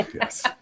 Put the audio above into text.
yes